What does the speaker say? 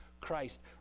Christ